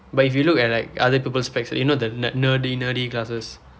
but if you look at like other people's specs you know the ne~ nerdy nerdy glasses